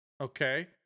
Okay